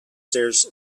stairs